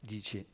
Dice